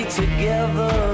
together